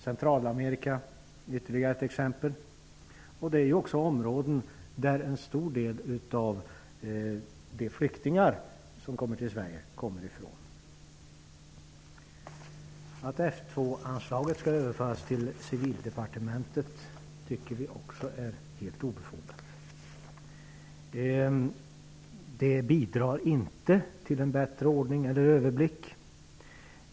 Centralamerika är ytterligare ett exempel. En stor del av de flyktingar som kommer till Sverige är från dessa områden. Vi tycker också att det är helt obefogat att F 2 anslaget skall överföras till Civildepartementet. Det bidrar inte till en bättre ordning eller överblick.